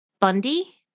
Bundy